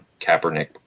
Kaepernick